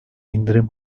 indirim